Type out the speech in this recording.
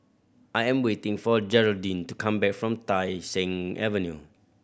I am waiting for Gearldine to come back from Tai Seng Avenue